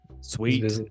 Sweet